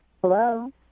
Hello